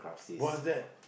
what's that